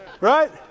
Right